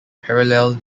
parallel